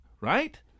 right